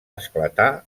esclatar